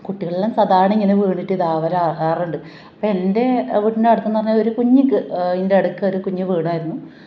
കുട്ടികളെല്ലാം സാധാരണ ഇങ്ങനെ വീണിട്ട് ഇതാവല് ആകാറുണ്ട് അപ്പം എൻ്റെ വീടിൻ്റെ അടുത്തെന്ന് പറഞ്ഞാൽ ഒരു കുഞ്ഞിക്ക് അതിൻ്റെടക്കൊരു കുഞ്ഞ് വീണായിരുന്നു